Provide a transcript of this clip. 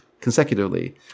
consecutively